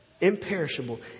imperishable